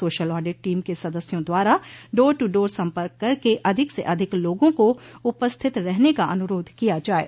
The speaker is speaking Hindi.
सोशल ऑडिट टीम के सदस्यों द्वारा डोर टू डोर सम्पर्क करके अधिक से अधिक लोगों को उपस्थित रहने का अनुरोध किया जाये